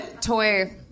toy